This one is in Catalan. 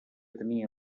tenia